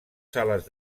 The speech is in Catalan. sales